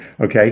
Okay